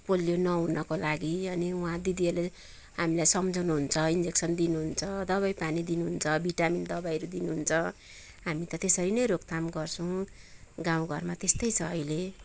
polio नहुनको लागि अनि उहाँ दिदीहरूले हामीलाई सम्झाउनुहुन्छ इन्जेक्सन दिनुहुन्छ दबाई पानी दिनुहुन्छ भिटामिन दबाईहरू दिनुहुन्छ हामी त त्यसरी नै रोकथाम गर्छौँ गाउँ घरमा त्यस्तै छ अहिले